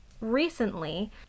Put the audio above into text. recently